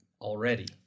already